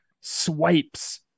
swipes